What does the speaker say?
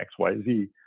XYZ